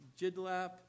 Jidlap